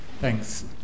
Thanks